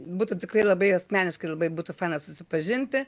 būtų tikrai labai asmeniškai labai būtų faina susipažinti